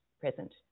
present